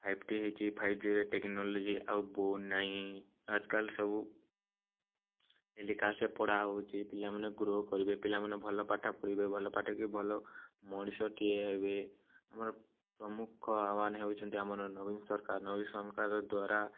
five T ହେଇଚି five T ରେ technology ଆଉ ନାହିଁ ଆଜି କାଲି ସବୁ କ୍ଲାସ୍ରେ ପଢ଼ା ହେଉଛି ପିଲାମାନେ ଗ୍ରୋ କରିବେ ପିଲାମାନେ ଭଲ ପାଠ ପଢ଼ିବେ ଭଲ ପାଠ ପଢ଼ିକି ଭଲ ମଣିଷ ଟିଏ ହେବେ ଆମର ପ୍ରମୁଖ ଆହ୍ୱାନ ହେଉଛନ୍ତି ଆମର ନବୀନ ସରକାର ନବୀନ ସରକାରଙ୍କର ଦ୍ଵାରା